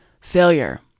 failure